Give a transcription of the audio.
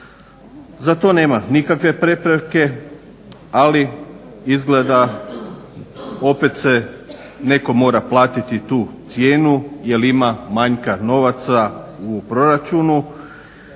Za to nema nikakve prepreke ali izgleda opet se netko mora platiti tu cijenu jel ima manjka novaca u proračunu